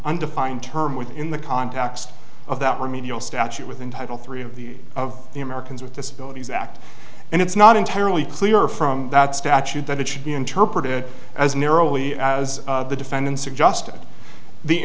undefined term within the context of that remedial statute within title three of the of the americans with disabilities act and it's not entirely clear from that statute that it should be interpreted as narrowly as the defendants